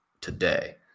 today